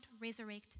resurrect